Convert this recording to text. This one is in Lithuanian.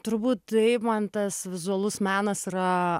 turbūt taip man tas vizualus menas yra